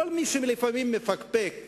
כל מי שלפעמים מפקפק ואומר,